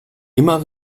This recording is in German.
immer